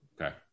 Okay